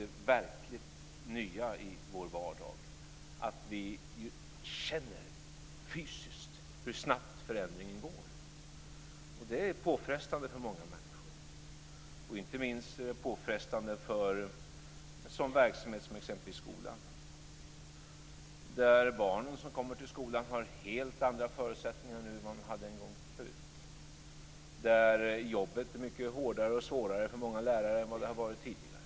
Det verkligt nya i vår vardag är ju att vi känner fysiskt hur snabbt förändringen går. Det är påfrestande för många människor, och inte minst påfrestande för en verksamhet som t.ex. skolan. Barnen som kommer till skolan har helt andra förutsättningar nu än vad de hade förut. Jobbet är mycket hårdare och svårare för många lärare än vad det har varit tidigare.